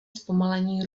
zpomalení